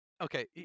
Okay